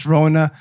Rona